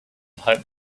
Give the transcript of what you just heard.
hoped